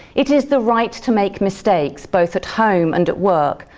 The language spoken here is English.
it is the right to make mistakes, both at home and at work,